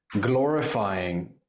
glorifying